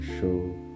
show